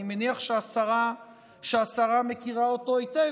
אני מניח שהשרה מכירה אותו היטב,